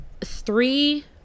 three